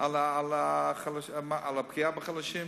על הפגיעה בחלשים,